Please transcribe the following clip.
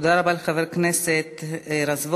תודה רבה לחבר הכנסת רזבוזוב.